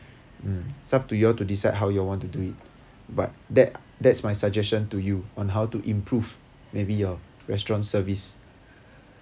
mm it's up to you all to decide how you want to do it but that that's my suggestion to you on how to improve maybe your restaurant service